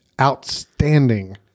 outstanding